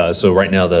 ah so, right now,